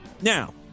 Now